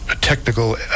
technical